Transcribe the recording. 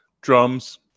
Drums